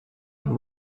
and